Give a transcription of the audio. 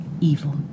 evil